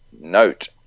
note